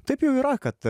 taip jau yra kad